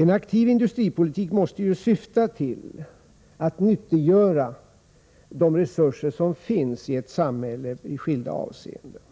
En alternativ industripolitik måste ju syfta till att nyttiggöra de resurser som finns i ett samhälle i skilda avseenden.